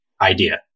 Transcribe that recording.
idea